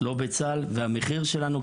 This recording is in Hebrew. והמחיר שלנו,